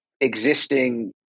existing